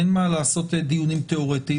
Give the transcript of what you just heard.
אין מה לעשות דיונים תאורטיים.